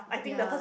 ya